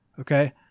Okay